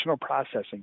processing